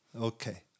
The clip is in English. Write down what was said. Okay